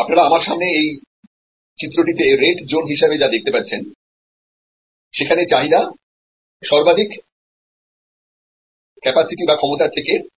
আপনারা আপনার সামনে এইচিত্রটিতে রেড জোন হিসাবে যা দেখতে পাচ্ছেন সেখানে চাহিদা সর্বাধিক ক্ষমতার থেকে বেশি রয়েছে